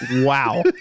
wow